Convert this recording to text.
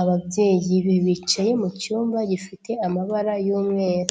ababyeyi be, bicaye mucyumba gifite amabara y'umweru.